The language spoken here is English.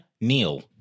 Neil